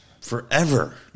Forever